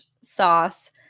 sauce